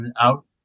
out